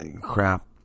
crap